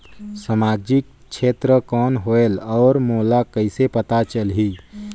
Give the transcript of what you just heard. समाजिक क्षेत्र कौन होएल? और मोला कइसे पता चलही?